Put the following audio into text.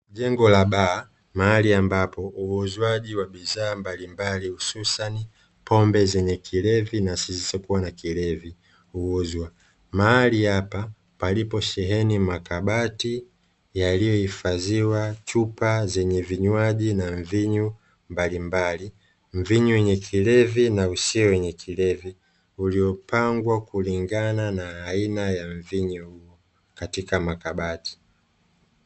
Jengo la baa mahali ambapo uuzwaji wa bidhaa mbalimbali hususani pombe zenye kilevi na zisizokuwa na kilevi, huuzwa mahali hapa palipo sheheni makabati yaliyohifadhiwa chupa zenye vinywaji na mvinyo mbalimbali, mvinyo wenye kilevi na usio na kilevi uliopangwa kulingana na aina ya mvinyo katika makabati.